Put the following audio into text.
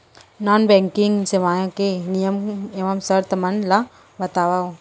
non banking सेवाओं के नियम एवं शर्त मन ला बतावव